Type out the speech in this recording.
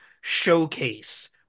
showcase